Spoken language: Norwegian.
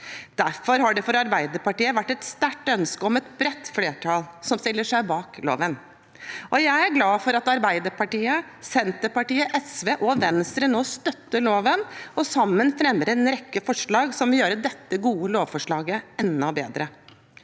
Arbeiderpartiet vært et sterkt ønske om at et bredt flertall stiller seg bak loven, og jeg er glad for at Arbeiderpartiet, Senterpartiet, SV og Venstre nå støtter loven og sammen fremmer en rekke forslag som vil gjøre dette gode lovforslaget enda bedre.